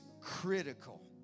critical